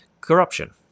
Corruption